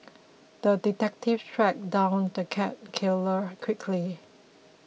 the detective tracked down the cat killer quickly